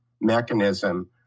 mechanism